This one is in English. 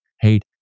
hate